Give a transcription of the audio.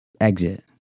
exit